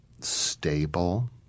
stable